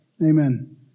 Amen